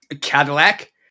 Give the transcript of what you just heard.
Cadillac